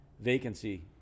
vacancy